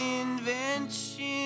invention